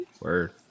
Word